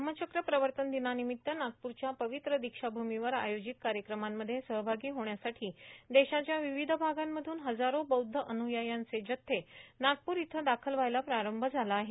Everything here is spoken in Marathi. धम्मचक्र प्रवर्तन दिनानिमित्त नागप्रख्या पवित्र दीक्षाभूमीवर आयोजित कार्यक्रमांमध्ये सहभागी होण्यासाठी देशाच्या विविध भागांमधून हजारो बौद्ध अन्रयायांचे जत्ये नागपूर इथं दाखल व्हायला प्रारंभ झाला आहे